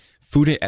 food